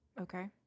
Okay